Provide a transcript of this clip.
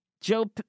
Joe